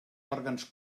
òrgans